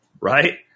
right